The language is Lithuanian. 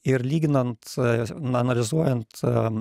ir lyginant na analizuojant